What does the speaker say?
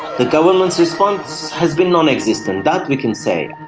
the government's response has been non-existent. that we can say.